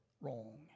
wrong